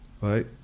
right